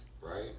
right